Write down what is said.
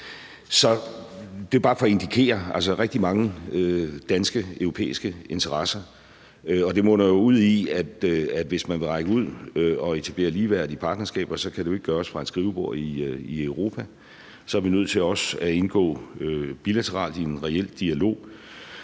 Så det er bare for at indikere rigtig mange danske og europæiske interesser, og det munder jo ud i, at hvis man vil række ud og etablere ligeværdige partnerskaber, kan det ikke gøres fra et skrivebord i Europa. Så er vi nødt til også at indgå bilateralt i en reel dialog